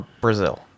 Brazil